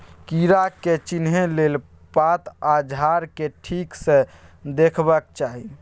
कीड़ा के चिन्हे लेल पात आ झाड़ केँ ठीक सँ देखबाक चाहीं